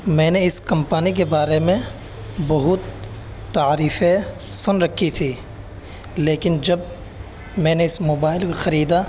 میں نے اس کمپنی کے بارے میں بہت تعریفیں سن رکھی تھی لیکن جب میں نے اس موبائل خریدا